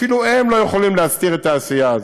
אפילו הם לא יכולים להסתיר את העשייה הזאת.